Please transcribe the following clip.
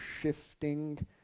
shifting